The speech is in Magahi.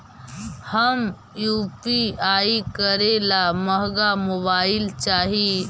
हम यु.पी.आई करे ला महंगा मोबाईल चाही?